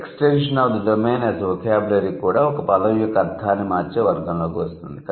extension of the domain as a vocabulary కూడా ఒక పదం యొక్క అర్థాన్ని మార్చే వర్గంలోకి వస్తుంది